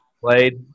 played